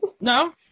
No